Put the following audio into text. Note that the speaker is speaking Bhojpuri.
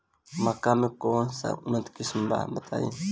मक्का के कौन सा उन्नत किस्म बा बताई?